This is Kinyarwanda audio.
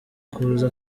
kuza